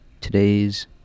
today's